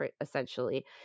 essentially